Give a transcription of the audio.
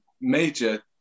major